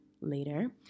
later